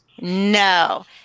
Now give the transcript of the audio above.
No